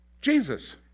Jesus